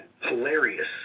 hilarious